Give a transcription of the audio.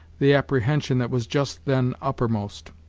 the apprehension that was just then uppermost.